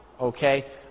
Okay